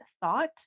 thought